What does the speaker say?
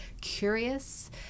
curious